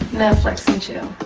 netflix and chill.